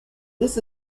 this